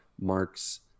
Mark's